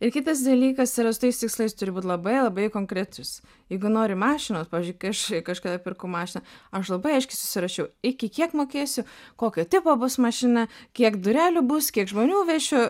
ir kitas dalykas yra su tais tikslais turi būt labai labai konkretūs jeigu nori mašinos pavyzdžiui kai aš kažkada pirkau mašiną aš labai aiškiai susirašiau iki kiek mokėsiu kokio tipo bus mašina kiek durelių bus kiek žmonių vešiu